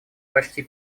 почти